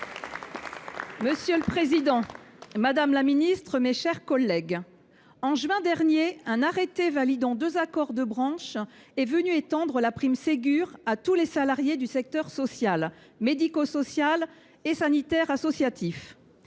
famille et de la petite enfance, mes chers collègues, en juin dernier, un arrêté, validant deux accords de branche, est venu étendre la « prime Ségur » à tous les salariés du secteur social, médico social et sanitaire associatif.